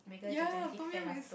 ya Tom-yum is